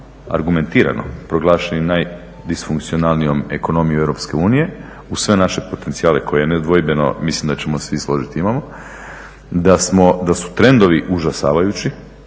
argumentiramo proglašeni najdisfunkcionalnijom ekonomijom EU uz sve naše potencijale koje nedvojbeno, mislim da ćemo se svi složiti, imamo. Da su trendovi užasavajući